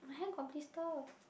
my hand got blister